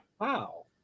Wow